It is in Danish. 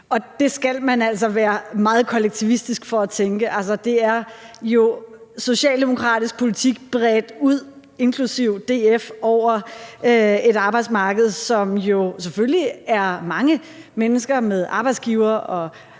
Og det skal man altså være meget kollektivistisk for at tænke. Altså, det er jo socialdemokratisk politik – inklusive DF-politik – bredt ud over et arbejdsmarked, som jo selvfølgelig rummer mange mennesker, arbejdsgivere og